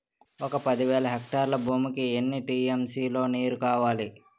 ఒక పది వేల హెక్టార్ల భూమికి ఎన్ని టీ.ఎం.సీ లో నీరు కావాలి?